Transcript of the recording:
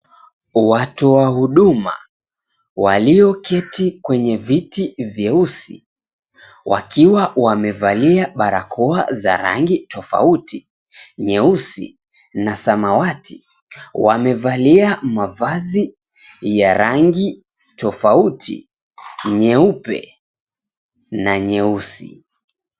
Watu wa huduma walioketi kwenye viti vyeusi wakiwa wamevalia barakoa za rangi tofauti nyeusi na samawati wamevalia mavazi ya rangi tofauti nyeupe na nyeusi.